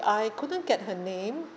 I couldn't get her name